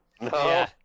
No